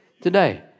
today